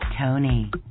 Tony